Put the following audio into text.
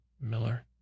Miller